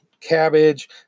cabbage